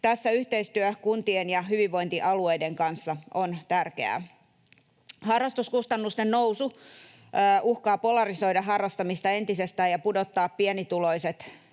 Tässä yhteistyö kuntien ja hyvinvointialueiden kanssa on tärkeää. Harrastuskustannusten nousu uhkaa polarisoida harrastamista entisestään ja pudottaa pienituloiset